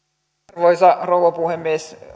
arvoisa rouva puhemies